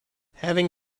having